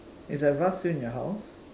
is that vase still in your house